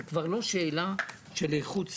זה כבר לא שאלה של איכות סביבה.